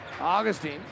Augustine